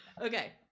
Okay